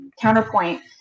counterpoint